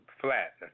flat